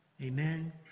Amen